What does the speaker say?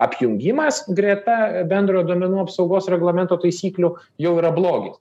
apjungimas greta bendrojo duomenų apsaugos reglamento taisyklių jau yra blogis